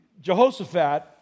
Jehoshaphat